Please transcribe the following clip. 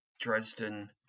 Dresden